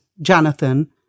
Jonathan